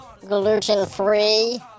gluten-free